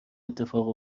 اتفاق